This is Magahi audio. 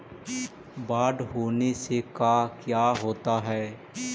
बाढ़ होने से का क्या होता है?